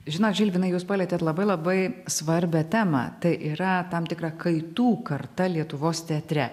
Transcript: žinot žilvinai jūs palietėt labai labai svarbią temą tai yra tam tikra kaitų karta lietuvos teatre